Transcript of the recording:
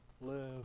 live